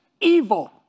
evil